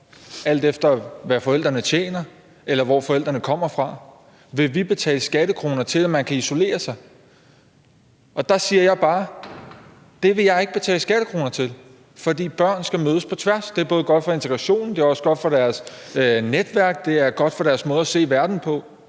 alt efter hvad forældrene tjener eller hvor forældrene kommer fra: Vil vi betale skattekroner til, at man kan isolere sig? Og der siger jeg bare, at det vil jeg ikke betale skattekroner til, for børn skal mødes på tværs. Det er godt for integrationen, det er godt for deres netværk, og det er godt for deres måde at se verden på.